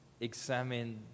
examine